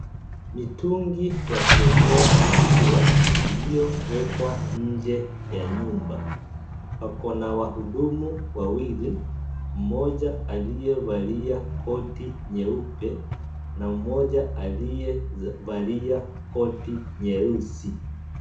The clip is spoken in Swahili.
Mitungi yakuwekea maziwa iliyowekwa nje ya nyumba. Pako na wahudumu wawili, mmoja aliyevalia koti nyeupe na mmoja aliyevalia koti nyeusi.